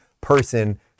person